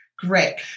Great